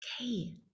okay